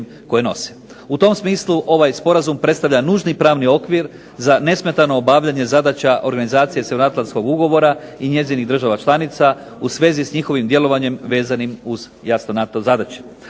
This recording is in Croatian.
koje nose. U tom smislu ovaj sporazum predstavlja nužni pravni okvir za nesmetano obavljanje zadaća organizacije Sjevernoatlantskog ugovora i njezinih država članica u svezi s njihovim djelovanjem vezanim uz jasno NATO zadaće.